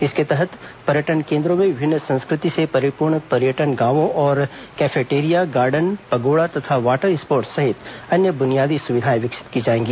इसके तहत पर्यटन केन्द्रों में विभिन्न संस्कृति से परिपूर्ण पर्यटन गांवों और कैफेटेरिया गार्डन पंगोड़ा तथा वॉटर स्पोर्ट्स सहित अन्य बुनियादी सुविधाएं विकसित की जाएगी